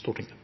Stortinget.